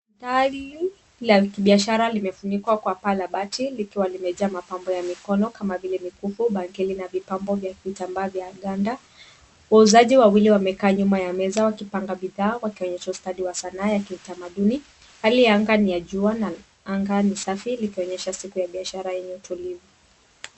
Tari la kibiashara limefunikwa kwa paa la bati likiwa limejaa mapambo ya mikono kama vile mikupo, bakeli na vipambo vya vitambaa vya ganda. Wauzaji wawili wamekaa nyuma ya meza wakipanga bidhaa wakionyesha ustadi wa sanaa ya kitamaduni. Hali ya anga ni ya jua na anga ni safi ikionyesha siku ya biashara na ni utulivu.